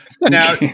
now